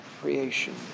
creation